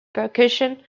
percussion